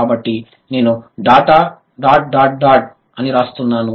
కాబట్టి నేను dot dot dot అని రాస్తున్నాను